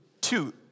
two